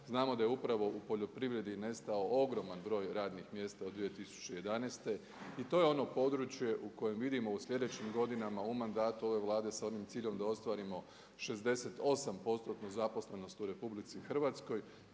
Znamo da je upravo u poljoprivredi nestao ogroman broj radnih mjesta od 2011. i to je ono područje u kojem vidimo u sljedećim godinama u mandatu ove Vlade sa onim ciljem da ostvarimo 68%-tnu zaposlenost u RH prostora